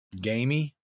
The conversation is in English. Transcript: gamey